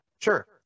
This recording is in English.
sure